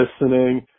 listening